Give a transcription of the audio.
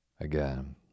again